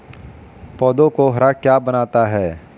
पौधों को हरा क्या बनाता है?